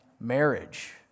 marriage